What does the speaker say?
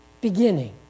beginning